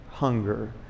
hunger